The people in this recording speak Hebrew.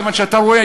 כיוון שאתה רואה,